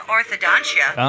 Orthodontia